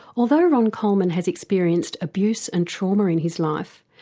although ron coleman has experienced abuse and trauma in his life,